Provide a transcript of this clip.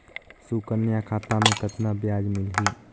सुकन्या खाता मे कतना ब्याज मिलही?